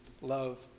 Love